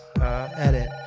edit